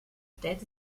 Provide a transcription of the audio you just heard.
stellt